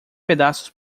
pedaços